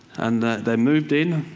and they moved in,